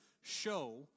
show